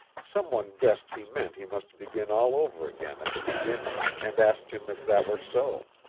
some one guessed he meant he must begin all over again at the beginning, and asked him if that were so.